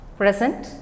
present